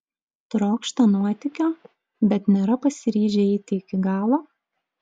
trokšta nuotykio bet nėra pasiryžę eiti iki galo